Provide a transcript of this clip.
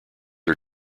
are